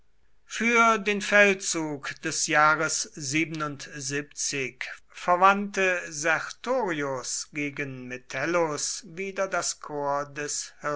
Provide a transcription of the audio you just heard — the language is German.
für den feldzug des jahres verwandte sertorius gegen metellus wieder das korps das